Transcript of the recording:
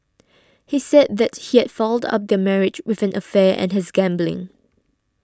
he said that he had fouled up their marriage with an affair and his gambling